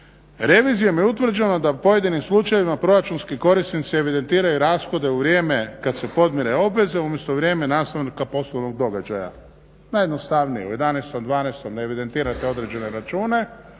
Revizijom je utvrđeno da u pojedinim slučajevima proračunski korisnici evidentiraju rashode u vrijeme kad se podmire obveze umjesto u vrijeme nastanka poslovnog događaja. Najjednostavnije, u 11., 12. evidentirate određene račune